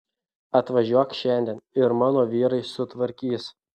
atvažiuok šiandien ir mano vyrai sutvarkys